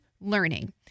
learning